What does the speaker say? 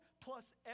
plus